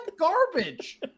garbage